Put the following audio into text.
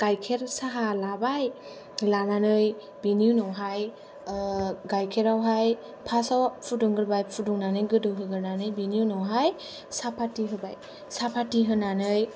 फार्स्टआव गाइखेर साहा लाबाय लानानै बेनि उनावहाय गाइखेरावहाय फासाव फुदुंग्रोबाय फुदुंनानै गोदौहोग्रोनायनि बेनि उनावहाय साहापाटि होबाय साहापाटि होनानै